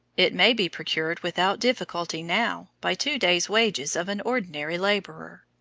it may be procured without difficulty now by two days' wages of an ordinary laborer.